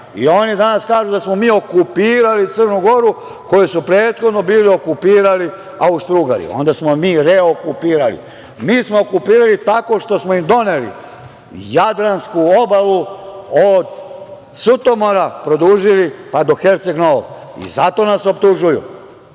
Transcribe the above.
I oni danas kažu da smo mi okupirali Crnu Goru, koju su prethodno bili okupirali Austrougari. Onda smo je mi reokupirali. Mi smo je okupirali tako što smo im doneli, Jadransku obalu od Sutomora produžili do Herceg Novog. Zato nas optužuju.